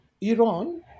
Iran